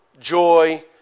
joy